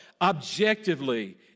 Objectively